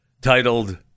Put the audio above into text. titled